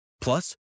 Plus